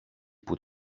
που